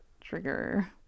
trigger